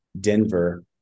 denver